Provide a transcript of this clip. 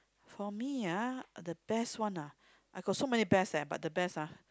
for me ah the best one ah I got so many best eh but the best ah